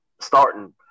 starting